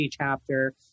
chapter